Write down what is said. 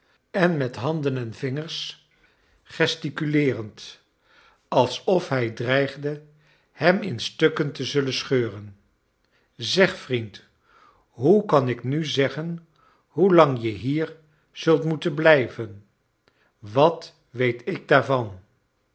en met iianden en vingers gesticuleerend alsof hij dreigde hem in stukken te zullen scbeuren zeg vriend hoe kan ik nu zeggen hoelang je hier zult moeten blijvcn wat weet ik daarvan